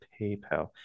PayPal